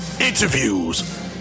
interviews